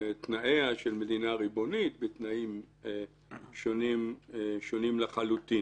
תנאיה של מדינה ריבונית בתנאים שונים לחלוטין.